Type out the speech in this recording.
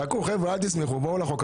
הצבעה אושר אושר פה אחד.